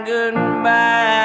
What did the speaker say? Goodbye